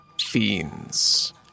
fiends